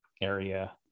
area